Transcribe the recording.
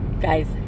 guys